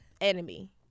enemy